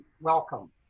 welcome